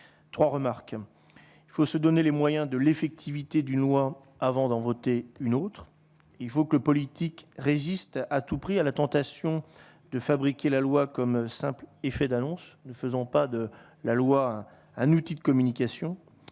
3 remarques : il faut se donner les moyens de l'effectivité d'une loi avant d'en voter une autre, il faut que le politique résiste à tout prix à la tentation de fabriquer la loi comme simple effet d'annonce, ne faisons pas de la loi, un outil de communication